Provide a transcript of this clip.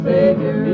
Savior